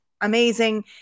amazing